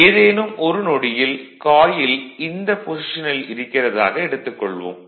ஏதேனும் ஒரு நொடியில் காயில் இந்தப் பொஷிசனில் இருக்கிறதாக எடுத்துக் கொள்வோம்